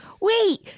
Wait